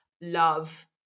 love